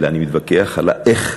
אלא אני מתווכח על ה"איך",